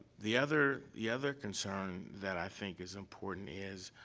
the other the other concern that i think is important is,